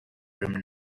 room